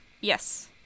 Yes